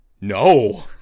no